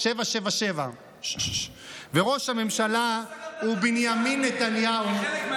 777. וראש הממשלה הוא בנימין נתניהו,